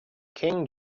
king